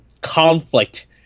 conflict